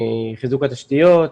חיזוק התשתיות.